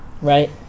Right